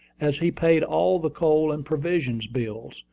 as he paid all the coal and provision bills,